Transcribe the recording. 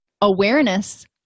awareness